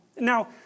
Now